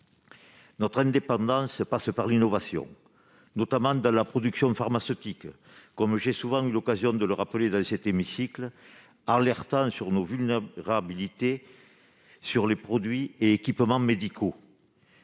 Notre indépendance passe par l'innovation, notamment dans la production pharmaceutique, comme j'ai souvent eu l'occasion de le rappeler dans cet hémicycle en alertant sur nos vulnérabilités s'agissant des produits et équipements médicaux.